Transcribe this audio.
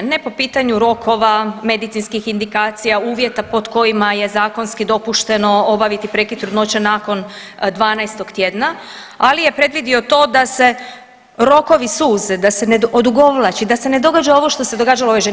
Ne po pitanju rokova, medicinskih indikacija, uvjeta pod kojima je zakonski dopušteno obaviti prekid trudnoće nakon 12 tjedna, ali je predvidio to da se rokovi suze, da ne odugovlači, da se ne događa ovo što se događalo ovoj ženi.